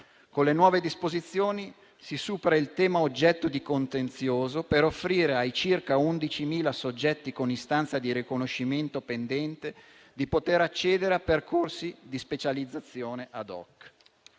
Con le nuove disposizioni si supera il tema oggetto di contenzioso per offrire ai circa 11.000 soggetti con istanza di riconoscimento pendente di poter accedere a percorsi di specializzazione *ad hoc*.